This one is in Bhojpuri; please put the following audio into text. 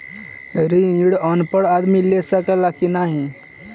ऋण अनपढ़ आदमी ले सके ला की नाहीं?